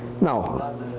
Now